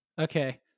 Okay